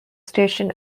station